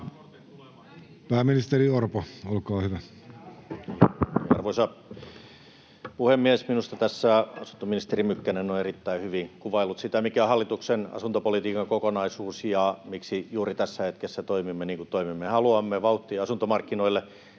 sd) Time: 16:19 Content: Arvoisa puhemies! Minusta tässä asuntoministeri Mykkänen on erittäin hyvin kuvaillut sitä, mikä on hallituksen asuntopolitiikan kokonaisuus ja miksi juuri tässä hetkessä toimimme niin kuin toimimme: haluamme vauhtia asuntomarkkinoille.